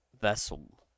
Vessel